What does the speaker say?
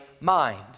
mind